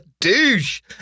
douche